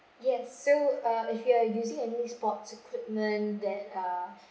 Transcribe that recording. yes so err if you are using any sports equipment that are